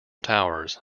towers